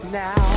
now